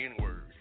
word